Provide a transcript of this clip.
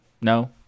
No